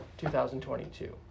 2022